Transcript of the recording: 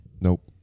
Nope